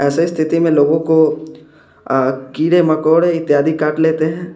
ऐसे स्थिति में लोगों को कीड़े मकोड़े इत्यादि काट लेते हैं